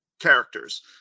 characters